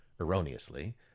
erroneously